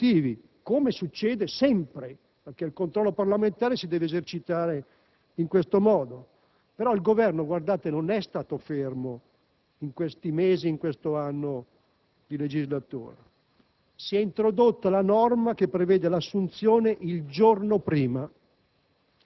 presenta delle sue valutazioni e il Parlamento deve intervenire sui criteri direttivi - come succede sempre perché il controllo parlamentare si deve esercitare in questo modo - il Governo non è stato fermo in questi mesi e in questo anno